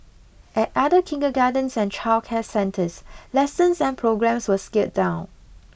at other kindergartens and childcare centres lessons and programmes were scaled down